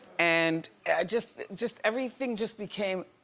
and, i just, just everything just became.